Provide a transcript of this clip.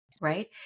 right